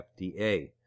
FDA